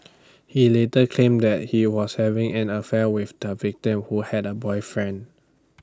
he later claim that he was having an affair with the victim who had A boyfriend